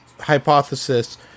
hypothesis